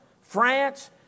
France